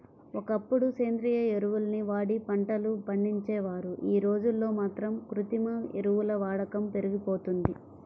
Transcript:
ఒకప్పుడు సేంద్రియ ఎరువుల్ని వాడి పంటలు పండించేవారు, యీ రోజుల్లో మాత్రం కృత్రిమ ఎరువుల వాడకం పెరిగిపోయింది